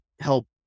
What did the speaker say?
help